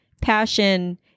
passion